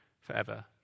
forever